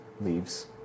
leaves